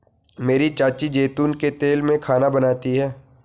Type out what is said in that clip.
मेरी चाची जैतून के तेल में खाना बनाती है